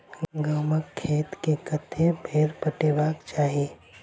गहुंमक खेत केँ कतेक बेर पटेबाक चाहि?